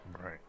Right